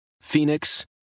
Phoenix